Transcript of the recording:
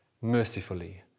Mercifully